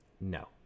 No